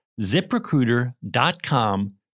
ZipRecruiter.com